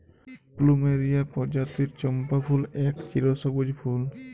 plumeria পরজাতির চম্পা ফুল এক চিরসব্যুজ ফুল